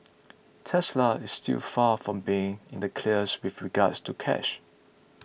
Tesla is still far from being in the clear with regards to cash